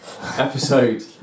episode